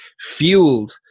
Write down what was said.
fueled